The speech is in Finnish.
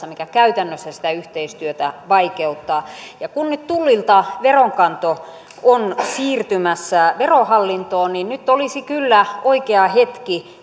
mikä käytännössä sitä yhteistyötä vaikeuttaa kun nyt tullilta veronkanto on siirtymässä verohallintoon niin olisi kyllä oikea hetki